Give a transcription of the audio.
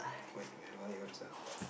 quite right why what's up